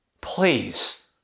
Please